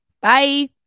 bye